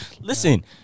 listen